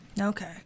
okay